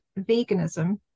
veganism